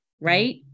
right